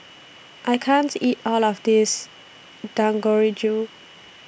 I can't eat All of This